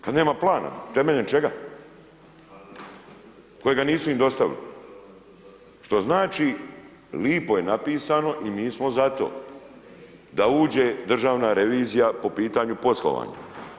Kad nema plana, temeljem čega, kojega nisu im dostavili, što znači, lipo je napisano i mi smo za to da uđe državna revizija po pitanju poslovanja.